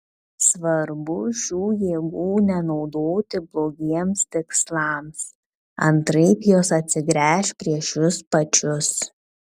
svarbu šių jėgų nenaudoti blogiems tikslams antraip jos atsigręš prieš jus pačius